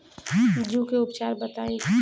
जूं के उपचार बताई?